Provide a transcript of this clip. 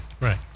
Right